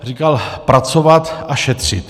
Říkal: pracovat a šetřit.